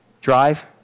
Drive